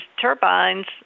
turbines